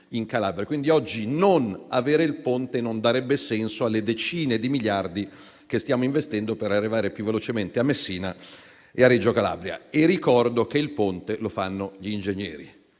Quindi, oggi non avere il Ponte non darebbe senso alle decine di miliardi che stiamo investendo per arrivare più velocemente a Messina e a Reggio Calabria. Ricordo che il Ponte lo fanno gli ingegneri,